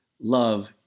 Love